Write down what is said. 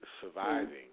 surviving